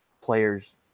players